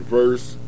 verse